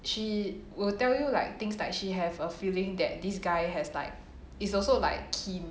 she will tell you like things like she have a feeling that this guy has like he's also like keen